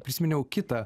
prisiminiau kitą